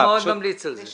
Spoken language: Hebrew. אני מאוד ממליץ על זה.